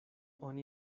oni